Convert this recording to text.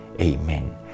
Amen